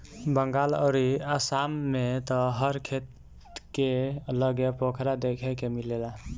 बंगाल अउरी आसाम में त हर खेत के लगे पोखरा देखे के मिलेला